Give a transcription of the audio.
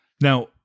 Now